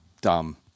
dumb